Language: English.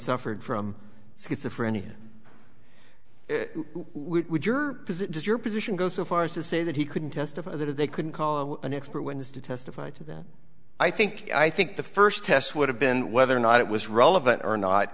suffered from schizophrenia we would your position is your position goes so far as to say that he couldn't testify that they couldn't call an expert witness to testify to that i think i think the first test would have been whether or not it was relevant or not